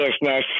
business